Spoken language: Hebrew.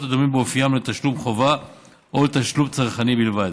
הדומים באופיים לתשלום חובה או לתשלום צרכני בלבד.